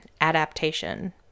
Adaptation